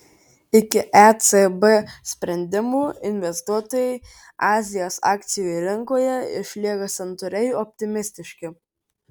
iki ecb sprendimo investuotojai azijos akcijų rinkoje išlieka santūriai optimistiški